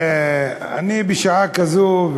אני בשעה כזו,